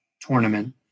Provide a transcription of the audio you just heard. tournament